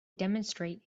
demonstrate